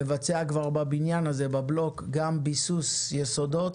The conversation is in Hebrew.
לבצע בבניין הזה בבלוק, כבר ביסוס יסודות,